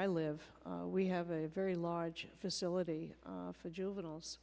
i live we have a very large facility for juveniles